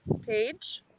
page